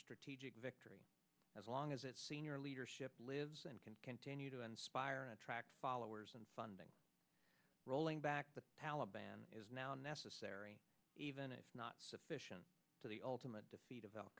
strategic victory as long as its senior leadership lives and can continue to inspire and attract followers and funding rolling back the taliban is now necessary even if not sufficient to the ultimate defeat of al